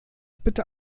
bitte